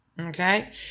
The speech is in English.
okay